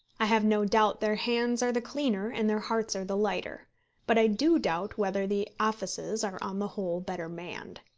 i have no doubt their hands are the cleaner and their hearts are the lighter but i do doubt whether the offices are on the whole better manned.